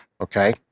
Okay